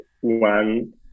one